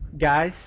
guys